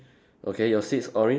okay your seats orange